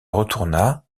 retourna